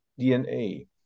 DNA